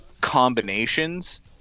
combinations